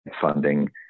funding